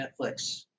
Netflix